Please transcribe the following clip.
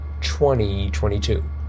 2022